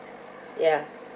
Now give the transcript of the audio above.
ya